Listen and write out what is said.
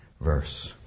verse